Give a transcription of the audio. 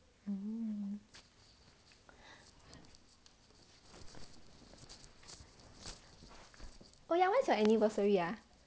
um oh ya when is your anniversary ah